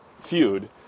feud